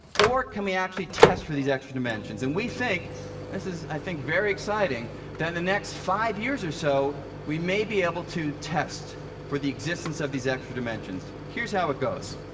or can we actually test for these extra dimensions? and we think and this is, i think, very exciting that in the next five years or so we may be able to test for the existence of these extra dimensions. here's how it goes.